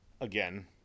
again